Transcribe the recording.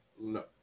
No